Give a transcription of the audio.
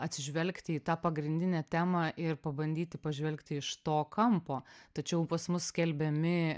atsižvelgti į tą pagrindinę temą ir pabandyti pažvelgti iš to kampo tačiau pas mus skelbiami